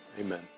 Amen